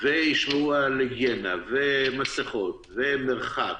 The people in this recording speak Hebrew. וישמרו על היגיינה, מסיכות, מרחק